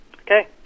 Okay